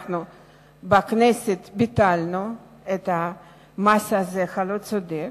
ואנחנו בכנסת ביטלנו את המס הזה, הלא-צודק.